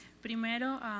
Primero